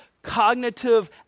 cognitive